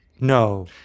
No